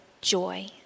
joy